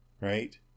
right